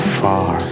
far